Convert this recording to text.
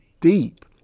deep